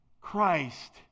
Christ